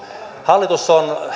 hallitus on